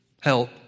help